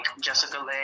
Jessica